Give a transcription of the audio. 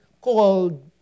called